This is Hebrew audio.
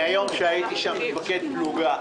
מהיום שהייתי שם מפקד פלוגה.